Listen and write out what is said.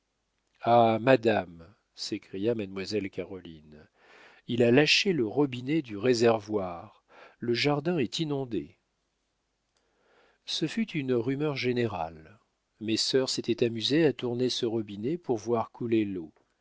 ah madame s'écria mademoiselle caroline il a lâché le robinet du réservoir le jardin est inondé ce fut une rumeur générale mes sœurs s'étaient amusées à tourner ce robinet pour voir couler l'eau